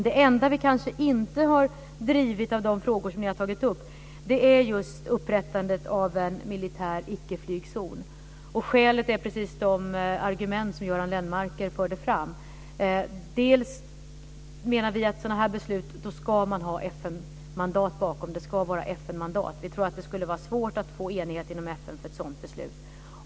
Den enda av de frågor som vi inte har drivit av dem som ni har tagit upp är just frågan om upprättande av en militär ickeflygzon. Skälen är precis de som Göran Lennmarker förde fram. Vi menar att man ska ha FN-mandat bakom ett sådant beslut. Vi tror att det skulle vara svårt att få enighet inom FN för ett sådant beslut.